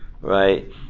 right